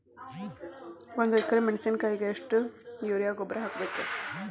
ಒಂದು ಎಕ್ರೆ ಮೆಣಸಿನಕಾಯಿಗೆ ಎಷ್ಟು ಯೂರಿಯಾ ಗೊಬ್ಬರ ಹಾಕ್ಬೇಕು?